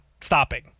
stopping